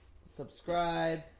subscribe